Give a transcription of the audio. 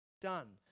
done